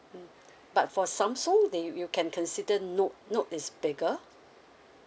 mm but for Samsung that you can consider note note is bigger